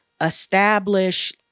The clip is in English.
establish